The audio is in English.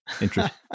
Interesting